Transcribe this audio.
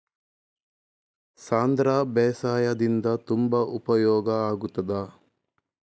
ಸಾಂಧ್ರ ಬೇಸಾಯದಿಂದ ತುಂಬಾ ಉಪಯೋಗ ಆಗುತ್ತದಾ?